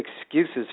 excuses